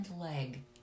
leg